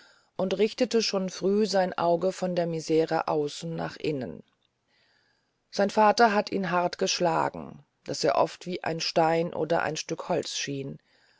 und richtete schon früh sein auge von der misere außen nach innen sein vater hat ihn hart geschlagen daß er wie ein stein oder ein stück holz schien